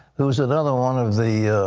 who is another one of the